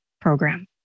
program